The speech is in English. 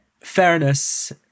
fairness